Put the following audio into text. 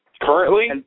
Currently